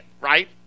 right